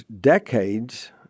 decades